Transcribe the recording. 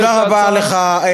תודה רבה לך.